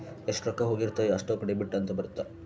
ಎಷ್ಟ ರೊಕ್ಕ ಹೋಗಿರುತ್ತ ಅಷ್ಟೂಕ ಡೆಬಿಟ್ ಅಂತ ಬರುತ್ತ